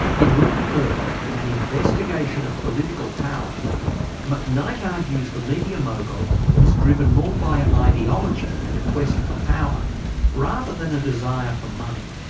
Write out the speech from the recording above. in rupert murdoch. an investigation of political power mcknight argues the media mogul is driven more by ideology and a quest for power rather than a desire for money.